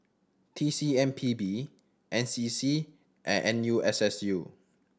T C M P B N C C and N U S S U